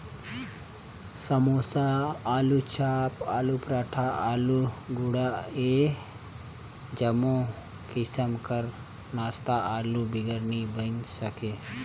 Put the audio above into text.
समोसा, आलूचाप, आलू पराठा, आलू गुंडा ए जम्मो किसिम कर नास्ता आलू बिगर नी बइन सके